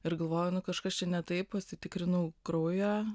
ir galvoju nu kažkas čia ne taip pasitikrinau kraują